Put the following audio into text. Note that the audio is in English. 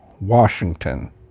Washington